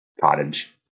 cottage